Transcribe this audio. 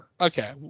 Okay